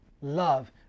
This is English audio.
love